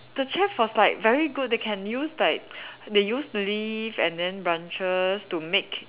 the chef was like very good they can use like they use leaf and then branches to make